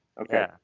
Okay